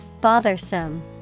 Bothersome